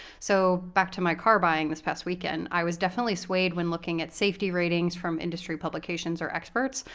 so back to my car-buying this past weekend, i was definitely swayed when looking at safety ratings from industry publications or experts,